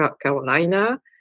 Carolina